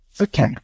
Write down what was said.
Okay